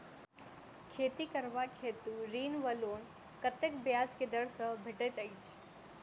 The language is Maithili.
खेती करबाक हेतु ऋण वा लोन कतेक ब्याज केँ दर सँ भेटैत अछि?